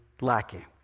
lacking